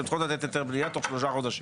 שהן צריכות לתת היתר בנייה תוך שלושה חודשים.